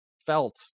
felt